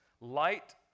light